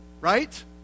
right